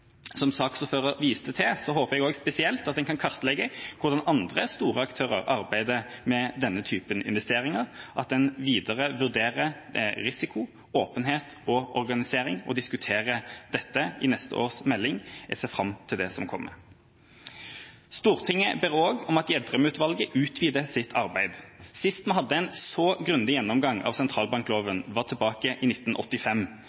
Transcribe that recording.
Som saksordføreren viste til, håper jeg spesielt at en kan kartlegge hvordan andre store aktører arbeider med denne typen investeringer, at en videre vurderer risiko, åpenhet og organisering og diskuterer dette i neste års melding. Jeg ser fram til det som kommer. Stortinget ber også om at Gjedrem-utvalget utvider sitt arbeid. Sist vi hadde en så grundig gjennomgang av